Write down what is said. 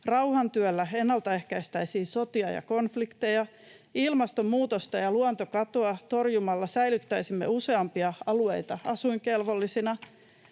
rauhantyöllä ennaltaehkäistäisiin sotia ja konflikteja, ilmastonmuutosta ja luontokatoa torjumalla säilyttäisimme useampia alueita asuinkelvollisina.